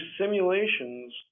simulations